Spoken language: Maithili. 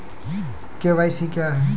के.वाई.सी क्या हैं?